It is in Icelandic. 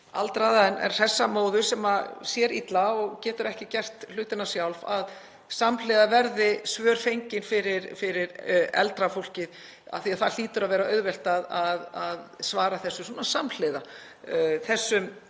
aldraða en hressa móður sem sér illa og getur ekki gert hlutina sjálf — að samhliða verði svör fengin fyrir eldra fólkið af því að það hlýtur að vera auðvelt að svara samhliða þessum